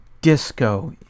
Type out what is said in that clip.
disco